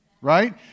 right